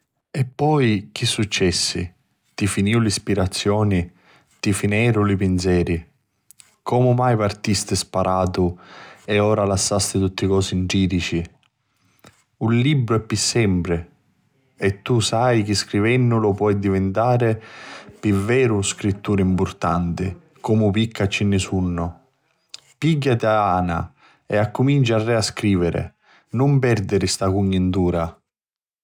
...e poi chi successi? Ti finiu l'ispirazioni, ti fineru li pinseri. Comu mai partisti sparatu e ora lassasti tutti cosi 'n tridici. Un libru è pi sempri e tu lu sai chi scrivennulu poi divintari pi veru un scritturi mpurtanti comu picca ci ni sunnu. Pigghiati di jana e cimuncia arrè a scriviri, nun perdiri sta cugnintura.